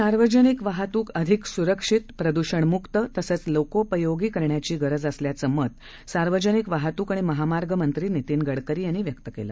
सार्वजनिक वाहतूक अधिक सुरक्षित प्रद्रषणमुक्त तसंच लोकोपयोगी करण्याची गरज असल्याचं मत सार्वजनिक वाहतूक आणि महामार्ग मंत्री नितिन गडकरी यांनी व्यक्त केलं